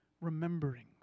Remembering